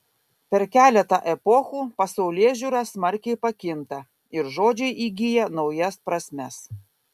per keletą epochų pasaulėžiūra smarkiai pakinta ir žodžiai įgyja naujas prasmes